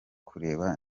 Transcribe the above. kureba